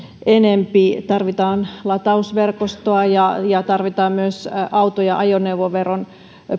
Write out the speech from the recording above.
enempi tarvitaan latausverkostoa ja ja tarvitaan myös auto ja ajoneuvoveron